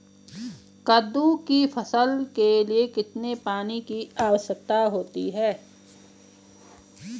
कद्दू की फसल के लिए कितने पानी की आवश्यकता होती है?